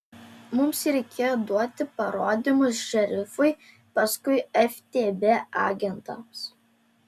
mums reikėjo duoti parodymus šerifui paskui ftb agentams